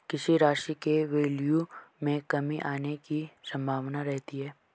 किसी राशि के वैल्यू में कमी आने की संभावना रहती है